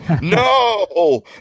no